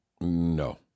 no